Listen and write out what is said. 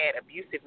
abusive